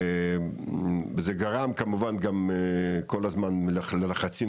משופצות וזה גרם, כמובן, גם כל הזמן ללחצים